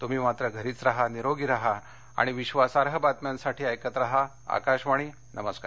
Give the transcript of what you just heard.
तुम्ही मात्र घरीच राहा निरोगी राहा आणि विश्वासार्ह बातम्यांसाठी ऐकत राहा आकाशवाणी नमस्कार